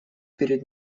перед